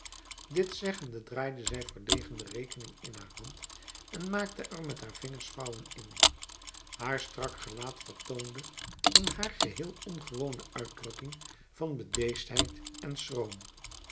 dit zeggende draaide zij verlegen de rekening in haar hand en maakte er met haar vingers vouwen in haar strak gelaat vertoonde een haar geheel ongewone uitdrukking van bedeesdheid en schroom